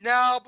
Now